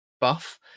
buff